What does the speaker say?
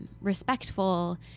Respectful